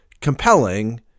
Compelling